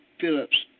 Phillips